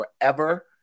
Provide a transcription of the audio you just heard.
forever